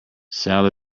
sal